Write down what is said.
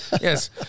Yes